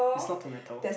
it's not tomato